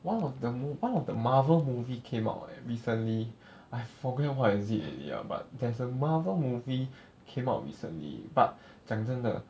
one of the one of the marvel movie came out recently I forget what is it already lah but there's a marvel movie came out recently but 讲真的